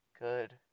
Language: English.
good